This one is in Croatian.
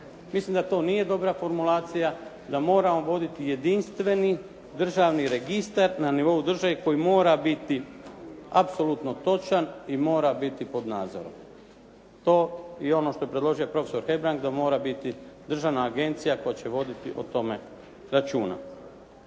Mislim da to nije dobra formulacija, da moramo voditi jedinstveni državni registar na nivou države koji mora biti apsolutno točan i mora biti pod nadzorom. To i ono što je predložio profesor Hebrang da mora biti državna agencija koja će voditi o tome računa.